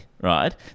right